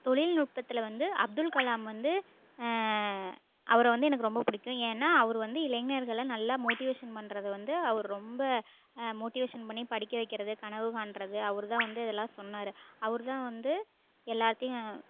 தொழில்நுட்பத்தில் வந்து அப்துல் கலாம் வந்து அவரை வந்து எனக்கு ரொம்ப பிடிக்கும் ஏன்னா அவர் வந்து இளைஞர்களை நல்லா மோட்டிவேஷன் பண்றதை வந்து அவர் ரொம்ப மோட்டிவேஷன் பண்ணி படிக்க வைக்கிறது கனவு காண்றது அவர் தான் வந்து இதெல்லாம் சொன்னார் அவர் தான் வந்து எல்லாத்தையும்